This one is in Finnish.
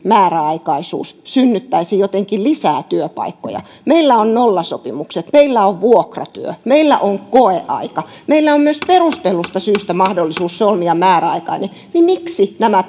määräaikaisuus synnyttäisi jotenkin lisää työpaikkoja meillä on nollasopimukset meillä on vuokratyö meillä on koeaika meillä on myös perustellusta syystä mahdollisuus solmia määräaikainen miksi nämä